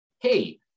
Hey